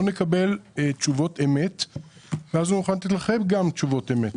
לא נקבל תשובות אמת ואז גם לא נוכל לתת לכם תשובות אמת.